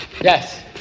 Yes